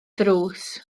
ddrws